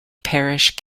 parish